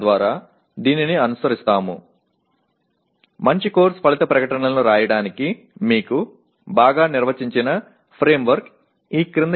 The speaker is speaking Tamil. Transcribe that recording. பின்வருபவை அனைவராலும் வரையறுக்கப்பட்ட ஒரு கட்டமைப்பாகும் இது நல்ல பாட விளைவு அறிக்கைகளை எழுதுவதற்கான தளத்தை உங்களுக்கு வழங்குகிறது